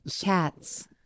Cats